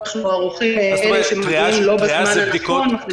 אנחנו ערוכים לאלה שמגיעים לא בזמן הנכון.